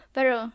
Pero